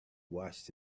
washed